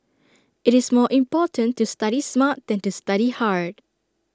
IT is more important to study smart than to study hard